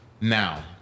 Now